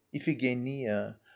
iphigenia